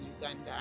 Uganda